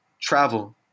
travel